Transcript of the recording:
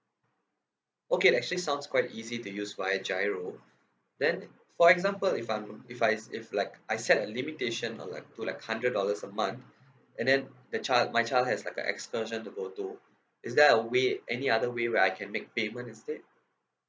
okay that actually sounds quite easy to use via GIRO then for example if I'm if I if like I set a limitation of like put like hundred dollars a month and then the child my child has like a excursion to go to is there a way any other way where I can make payment instead